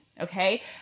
okay